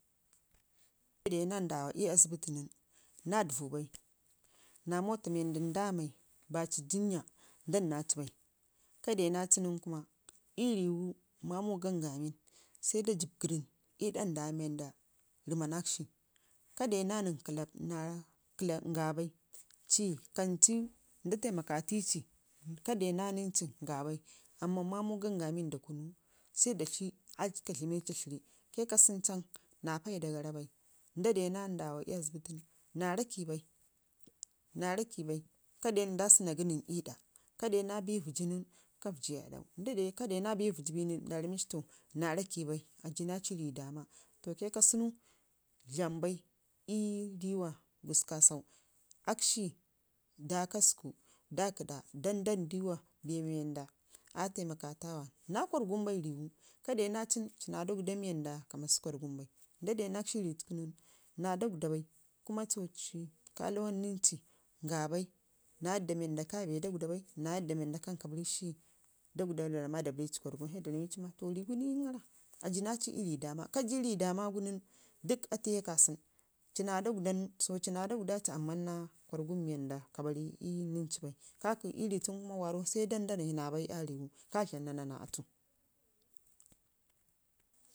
tukel nda de naa dawa ii asbiti nən naa dəvuu bai naa mota mii ndami baci jinya dan na aatu bai, ka denaci nən kuma ii riiwu mamu ganga min sai da jibb gərr ən ii dək ndawa wanda rəmmanakshi ka de naa nən ngabai kamai da taimakati ci ka de naa nən ci nga bai amma mamu gan gamin da kunu sai da tlii aatəka dlamek ci tlərri kai ka sunu can naa paida gara bai. Nda de naa ndawa ii asbiti nən naa rrakai bai ka den nda sənna gə nən ii ɗaa ka dena bii vəjji nən to ka vəjji ii ɗau, ka dena bii vəjji be nən nda ramme ci to na rrakai bai sai kayi rii dama te kai ka sunu dlam bai, ii giwa giuku kasau, akshi daka səku daki ɗaa dan dandiwa bee mii wanda aa tai makatawa naa kwor gun ii riiwu ka dena cin naa dagda wanda kan ka mashi kwor gun bai ka dai naa cin naa dagda bai kuma ci ka lawan nənci ngabai naa yadda ka dlambai na yanda ka barik shi dagda dan da barri ci korgun bai sai da rami ma to a jinaci ii rii dama, ka ji ii rii dama nən dək atu ka kasunu so ci na dagdaci amman nera yadda ka dlam bai, kakə ii rii tunu sai kakə nən cu na bai to ka dlama naa naa na atu